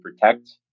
protect